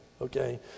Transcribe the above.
Okay